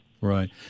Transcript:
Right